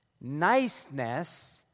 Niceness